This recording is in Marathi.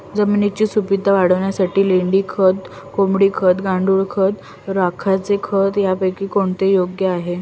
जमिनीची सुपिकता वाढवण्यासाठी लेंडी खत, कोंबडी खत, गांडूळ खत, राखेचे खत यापैकी कोणते योग्य आहे?